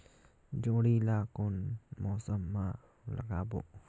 जोणी ला कोन मौसम मा लगाबो?